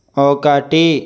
ఒకటి